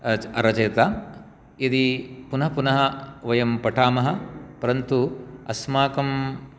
अरचयत यदि पुनः पुनः वयं पठामः परन्तु अस्माकं